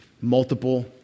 multiple